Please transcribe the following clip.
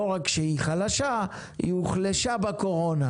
לא רק שהיא חלשה, היא הוחלשה בקורונה.